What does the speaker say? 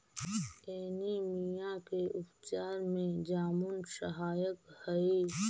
anaemia के उपचार में जामुन सहायक हई